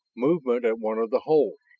movement at one of the holes,